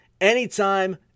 anytime